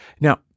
Now